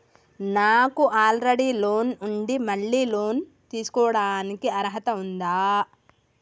నాకు already loan ఉండి మళ్ళీ లోన్ తీసుకోవడానికి అర్హత ఉందా?